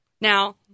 Now